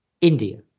India